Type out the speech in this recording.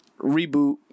reboot